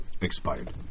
Expired